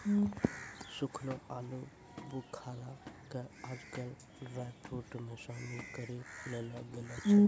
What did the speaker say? सूखलो आलूबुखारा कॅ आजकल ड्रायफ्रुट मॅ शामिल करी लेलो गेलो छै